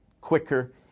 quicker